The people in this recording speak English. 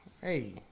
Hey